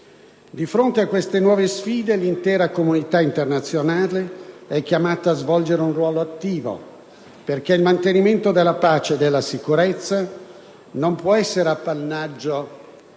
Di fronte a questa nuove sfide, l'intera comunità internazionale è chiamata a svolgere un ruolo attivo, perché il mantenimento della pace e della sicurezza non può essere appannaggio e